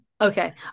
Okay